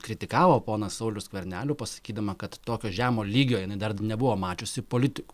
kritikavo poną saulių skvernelių pasakydama kad tokio žemo lygio jinai dar nebuvo mačiusi politikų